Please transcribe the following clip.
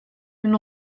une